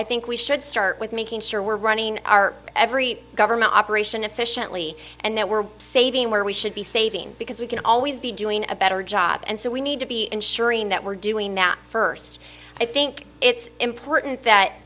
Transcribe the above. i think we should start with making sure we're running our every government operation efficiently and that we're saving where we should be saving because we can always be doing a better job and so we need to be ensuring that we're doing that first i think it's important that